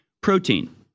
protein